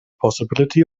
possibility